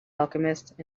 alchemist